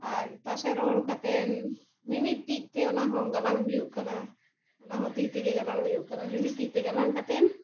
ᱟᱨ ᱛᱟᱥᱮ ᱨᱚᱦᱚᱲ ᱠᱟᱛᱮᱫ ᱢᱤᱢᱤᱫ ᱴᱤᱡᱛᱮ ᱚᱱᱟ ᱦᱚᱸ ᱜᱟᱞᱟᱝ ᱦᱩᱭᱩᱜ ᱠᱟᱱᱟ ᱚᱱᱟ ᱦᱚᱸ ᱛᱤ ᱛᱮᱜᱮ ᱜᱟᱞᱟᱝ ᱦᱩᱭᱩᱜ ᱠᱟᱱᱟ ᱢᱤᱢᱤᱫ ᱴᱤᱡᱛᱮ ᱜᱟᱞᱟᱝ ᱠᱟᱛᱮᱫ